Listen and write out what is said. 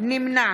נמנע